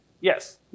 Yes